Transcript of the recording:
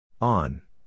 On